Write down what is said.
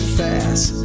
fast